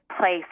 place